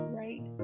right